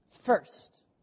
First